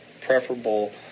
preferable